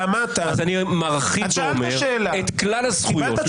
אני מרחיב ואומר: את כלל הזכויות.